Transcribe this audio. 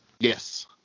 Yes